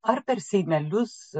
ar per seimelius